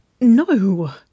No